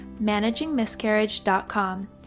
managingmiscarriage.com